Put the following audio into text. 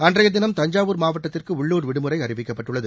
அன்றைய தினம் தஞ்சாவூர் மாவட்டத்திற்கு உள்ளூர் விடுமுறை அறிவிக்கப்பட்டுள்ளது